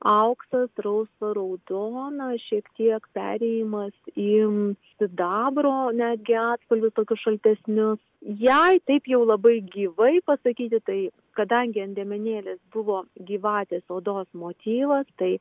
auksas rausva raudona šiek tiek perėjimas į sidabro netgi atspalvį tokius šaltesnius jei taip jau labai gyvai pasakyti tai kadangi ant liemenėlės buvo gyvatės odos motyvas tai